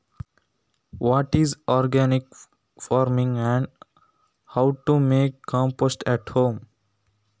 ಸಾವಯವ ಕೃಷಿ ಎಂದರೇನು ಮತ್ತು ಮನೆಯಲ್ಲಿ ಗೊಬ್ಬರ ತಯಾರಿಕೆ ಯನ್ನು ಹೇಗೆ ಮಾಡುತ್ತಾರೆ?